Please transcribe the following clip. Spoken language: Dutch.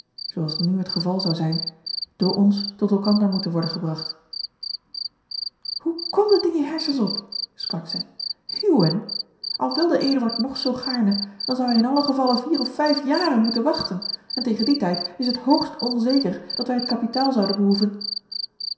als nu het geval zou zijn door ons tot elkander moeten worden gebragt hoe komt het in je hersens op sprak zij huwen al wilde eduard nog zoo gaarne dan zou hij in alle geval vier of vijf jaren moeten wachten en tegen dien tijd is het hoogst onzeker dat wij het kapitaal zouden behoeven